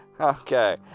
Okay